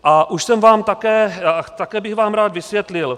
A už jsem vám také, také bych vám rád vysvětlil.